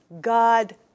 God